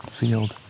field